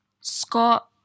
Scott